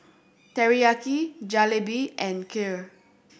Teriyaki Jalebi and Kheer